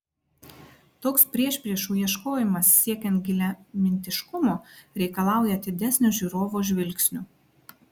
toks priešpriešų ieškojimas siekiant giliamintiškumo reikalauja atidesnio žiūrovo žvilgsnio